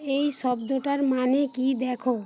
এই শব্দটার মানে কী দেখ